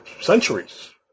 centuries